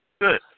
Good